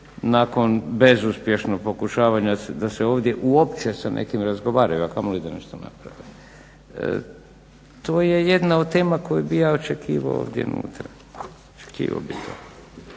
nakon bezuspješnog pokušavanja da se ovdje uopće sa nekim razgovaraju, a kamoli da nešto naprave. To je jedna od tema koju bih ja očekivao ovdje unutra, očekivao bih to.